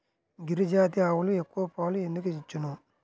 గిరిజాతి ఆవులు ఎక్కువ పాలు ఎందుకు ఇచ్చును?